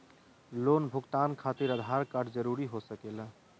Loan भुगतान खातिर Aadhaar card जरूरी हो सके ला?